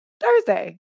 Thursday